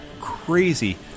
crazy